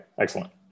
Excellent